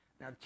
Now